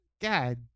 God